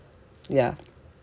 ya